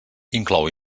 inclou